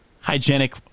hygienic